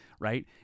right